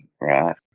right